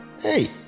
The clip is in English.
Hey